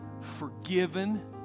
forgiven